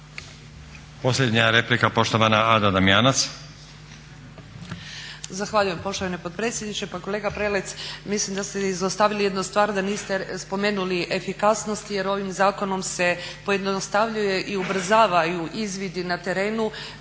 Posljednja replika, poštovana Ada Damjanac.